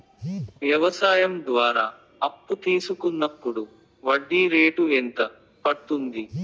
వ్యవసాయం ద్వారా అప్పు తీసుకున్నప్పుడు వడ్డీ రేటు ఎంత పడ్తుంది